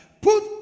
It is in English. Put